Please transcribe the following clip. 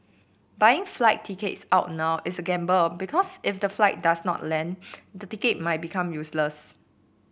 buying flight tickets out now is a gamble because if the flight does not land the ticket might become useless